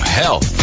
health